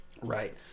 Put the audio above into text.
Right